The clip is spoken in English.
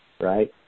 right